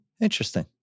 Interesting